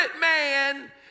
man